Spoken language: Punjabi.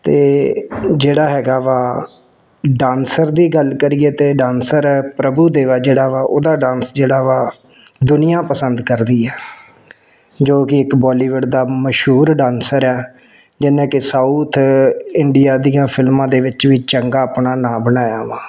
ਅਤੇ ਜਿਹੜਾ ਹੈਗਾ ਵਾ ਡਾਂਸਰ ਦੀ ਗੱਲ ਕਰੀਏ ਤਾਂ ਡਾਂਸਰ ਪ੍ਰਭੂ ਦੇਵਾ ਜਿਹੜਾ ਵਾ ਉਹਦਾ ਡਾਂਸ ਜਿਹੜਾ ਵਾ ਦੁਨੀਆ ਪਸੰਦ ਕਰਦੀ ਆ ਜੋ ਕਿ ਇੱਕ ਬੋਲੀਬੁੱਡ ਦਾ ਮਸ਼ਹੂਰ ਡਾਂਸਰ ਹੈ ਜਿਹਨੇ ਕਿ ਸਾਉਥ ਇੰਡੀਆ ਦੀਆਂ ਫ਼ਿਲਮਾ ਦੇ ਵਿਚ ਵੀ ਚੰਗਾ ਆਪਣਾ ਨਾਂ ਬਣਾਇਆ ਵਾ